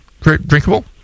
drinkable